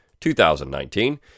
2019